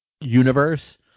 universe